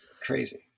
Crazy